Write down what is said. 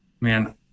Man